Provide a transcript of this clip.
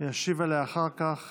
ישיב עליה אחר כך